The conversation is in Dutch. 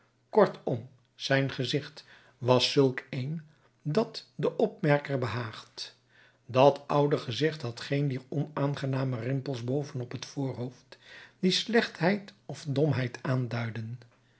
kortom zijn gezicht was zulk een dat den opmerker behaagt dat oude gezicht had geen dier onaangename rimpels boven op het voorhoofd die slechtheid of domheid aanduiden